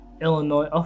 illinois